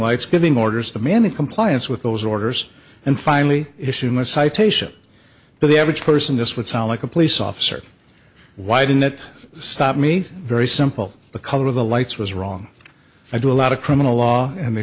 lights giving orders to man in compliance with those orders and finally issuing a citation but the average person just would sound like a police officer why didn't it stop me very simple the color of the lights was wrong i do a lot of criminal law and they